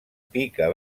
pica